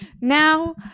Now